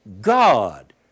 God